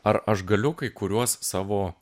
ar aš galiu kai kuriuos savo